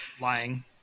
Lying